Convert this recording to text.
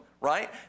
Right